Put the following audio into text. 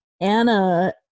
Anna